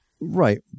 Right